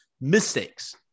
mistakes